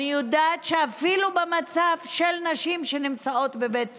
אני יודעת שאפילו במצב של נשים שנמצאות בבית סוהר,